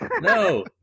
no